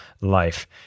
life